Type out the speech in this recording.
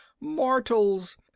mortals